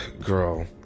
Girl